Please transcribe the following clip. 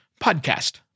Podcast